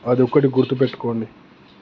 అదొక్కటి గుర్తుపెట్టుకోండి